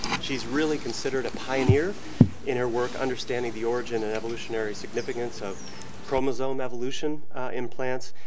she's really considered a pioneer in her work understanding the origin and evolutionary significance of chromosome evolution in plants.